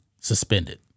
suspended